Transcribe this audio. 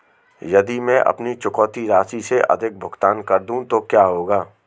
यदि मैं अपनी चुकौती राशि से अधिक भुगतान कर दूं तो क्या होगा?